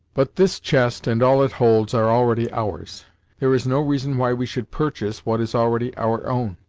but this chest and all it holds, are already ours there is no reason why we should purchase what is already our own.